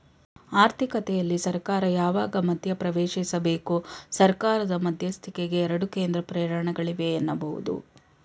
ಆರ್ಥಿಕತೆಯಲ್ಲಿ ಸರ್ಕಾರ ಯಾವಾಗ ಮಧ್ಯಪ್ರವೇಶಿಸಬೇಕು? ಸರ್ಕಾರದ ಮಧ್ಯಸ್ಥಿಕೆಗೆ ಎರಡು ಕೇಂದ್ರ ಪ್ರೇರಣೆಗಳಿವೆ ಎನ್ನಬಹುದು